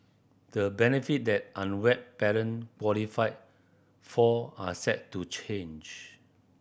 the benefit that unwed parent qualify for are set to change